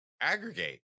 aggregate